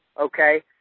Okay